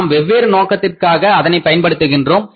நாம் வெவ்வேறு நோக்கங்களுக்காக அதனை பயன்படுத்துகின்றோம்